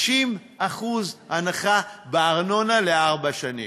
50% הנחה בארנונה לארבע שנים.